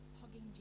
hugging